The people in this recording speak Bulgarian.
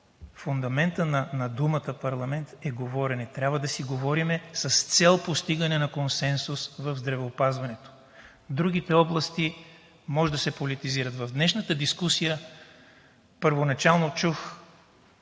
Фундаментът на думата „парламент“ е говорене. Трябва да си говорим с цел постигане на консенсус в здравеопазването. Другите области могат да се политизират. В днешната дискусия първоначално чух